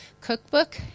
cookbook